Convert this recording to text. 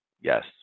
Yes